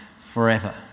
forever